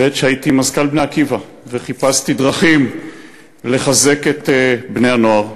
בעת שהייתי מזכ"ל "בני עקיבא" וחיפשתי דרכים לחזק את בני-הנוער,